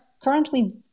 currently